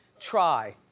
try.